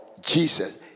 Jesus